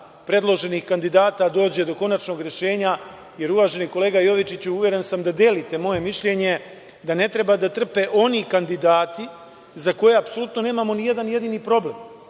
predloženih kandidata dođe do konačnog rešenja, jer, uvaženi kolega Jovičiću, uveren sam da delite moje mišljenje da ne treba da trpe oni kandidati za koje apsolutno nemamo ni jedan jedini problem,